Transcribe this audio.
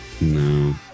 No